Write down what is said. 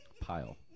Pile